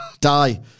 Die